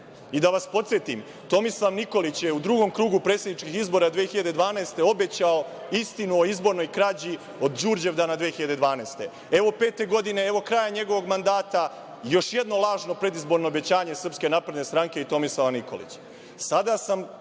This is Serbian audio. vas podsetim, Tomislav Nikolić je u drugom krugu predsedničkih izbora 2012. godine obećao istinu o izbornoj krađi od Đurđevdana 2012. godine. Evo pete godine, evo kraja njegovog mandata, još jedno lažno predizborno obećanje SNS i Tomislava Nikolića. Sada